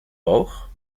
boog